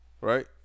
Right